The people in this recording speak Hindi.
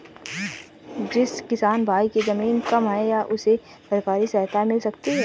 जिस किसान भाई के ज़मीन कम है क्या उसे सरकारी सहायता मिल सकती है?